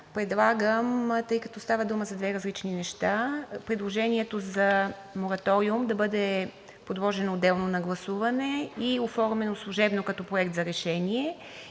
предлагам, тъй като става дума за две различни неща, предложението за мораториум да бъде подложено отделно на гласуване и оформено служебно като Проект за решение